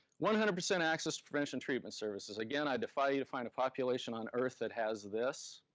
one hundred percent access to prevention treatment services. again, i defy you to find population on earth that has this.